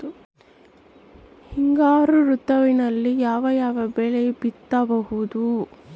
ಹಿಂಗಾರು ಋತುವಿನಲ್ಲಿ ಯಾವ ಯಾವ ಬೆಳೆ ಬಿತ್ತಬಹುದು?